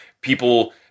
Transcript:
people